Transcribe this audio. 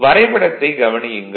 வரைபடத்தைக் கவனியுங்கள்